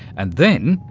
and then,